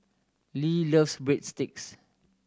Lea loves Breadsticks